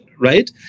right